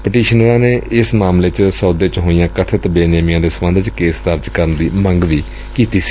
ਪਟੀਸ਼ਨਰਾਂ ਨੇ ਇਸ ਮਾਮਲੇ ਚ ਸੌਦੇ ਵਿਚ ਹੋਈਆਂ ਕਬਿਤ ਬੇਨੇਮੀਆਂ ਦੇ ਸਬੰਧ ਚ ਕੇਸ ਦਰਜ ਕਰਨ ਦੀ ਮੰਗ ਵੀ ਕੀਤੀ ਏ